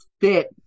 fit